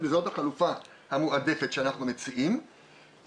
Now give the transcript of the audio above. וזאת החלופה המועדפת שאנחנו מציעים,